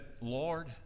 Lord